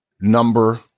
number